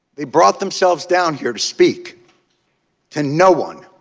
they brought themselves down here to speak to no one